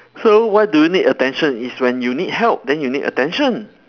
so why do you need attention is when you need help then you need attention